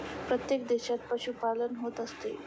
प्रत्येक देशात पशुपालन होत असते